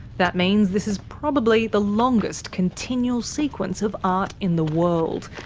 that means this is probably the longest continual sequence of art in the world,